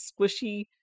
squishy